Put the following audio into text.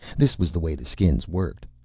this was the way the skins worked.